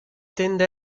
tende